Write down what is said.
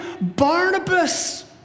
Barnabas